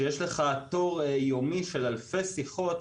שיש לך תור יומי של אלפי שיחות,